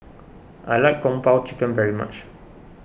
I like Kung Po Chicken very much